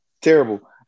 terrible